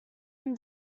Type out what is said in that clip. him